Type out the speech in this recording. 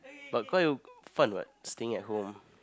but quite fun what staying at home